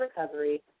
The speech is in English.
recovery